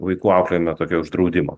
vaikų auklėjime tokio uždraudimo